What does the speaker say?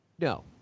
No